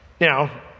Now